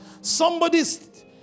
somebody's